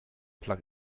plug